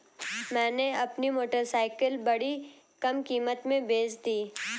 मैंने अपनी मोटरसाइकिल बड़ी कम कीमत में बेंच दी